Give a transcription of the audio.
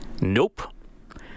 Nope